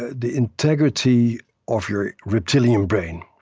the integrity of your reptilian brain,